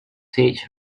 teach